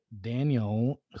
daniel